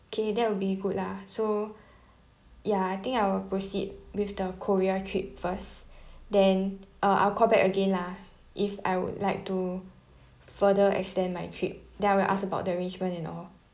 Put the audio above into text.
okay that will be good lah so ya I think I will proceed with the korea trip first then uh I'll call back again lah if I would like to further extend my trip then I will ask about the arrangement and all